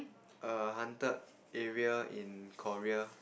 a haunted area in Korea